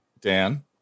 Dan